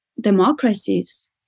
democracies